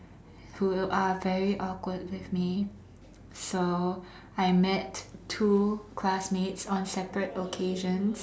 who are very awkward with me so I met two classmates on separate occasions